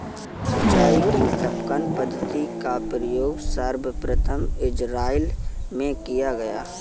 सिंचाई की टपकन पद्धति का प्रयोग सर्वप्रथम इज़राइल में किया गया